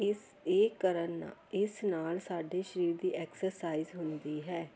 ਇਸ ਇਹ ਕਰਨ ਇਸ ਨਾਲ ਸਾਡੇ ਸਰੀਰ ਦੀ ਐਕਸਰਸਾਈਜ਼ ਹੁੰਦੀ ਹੈ